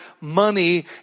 money